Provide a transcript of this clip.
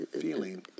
feeling